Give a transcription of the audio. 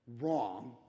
wrong